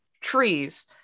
trees